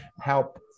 help